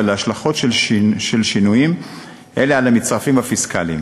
ולהשלכות של שינויים אלה על המִצרפים הפיסקליים.